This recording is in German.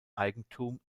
eigentum